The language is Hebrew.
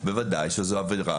בוודאי שזו עבירה